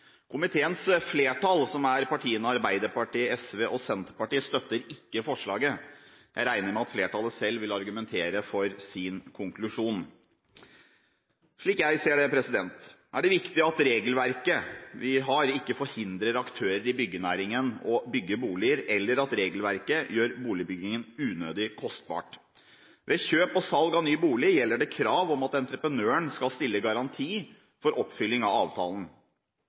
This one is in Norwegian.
Komiteens flertall, som er partiene Arbeiderpartiet, SV og Senterpartiet, støtter ikke forslaget. Jeg regner med at flertallet selv vil argumentere for sin konklusjon. Slik jeg ser det, er det viktig at regelverket vi har, ikke forhindrer aktører i byggenæringen å bygge boliger, eller at regelverket gjør boligbyggingen unødig kostbar. Ved kjøp og salg av ny bolig gjelder det krav om at entreprenøren skal stille garanti for oppfylling av avtalen.